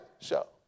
show